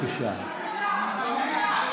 בבקשה לשבת.